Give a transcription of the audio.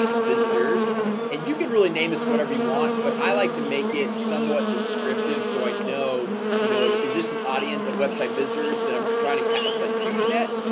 visitors and you can really name this whatever you want but i like to make it somewhat descriptive so i know you know is this an audience of website visitors that i'm trying to cast a huge net?